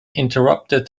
interrupted